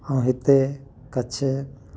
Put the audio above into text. ऐं हिते कच्छ